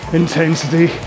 intensity